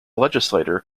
legislature